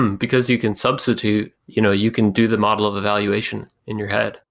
because you can substitute, you know you can do the model of evaluation in your head.